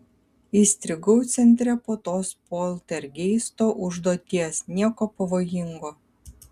įstrigau centre po tos poltergeisto užduoties nieko pavojingo